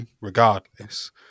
regardless